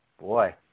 Boy